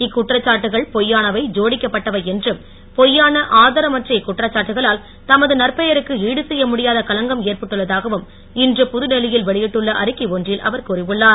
இக்குற்றச்சாட்டுக்கள் பொய்யானவை ஜோடிக்கப்பட்டவை என்றும் பொய்யான ஆதாரமற்ற இக்குற்றச்சாட்டுக்களால் தமது நற்பெயருக்கு சுடு செய்ய முடியாத களங்கம் ஏற்பட்டுள்ள தாகவும் இன்று புதுடெல்லியில் வெளியிட்டுள்ள அறிக்கை ஒன்றில் அவர் கூறி உள்ளார்